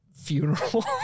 funeral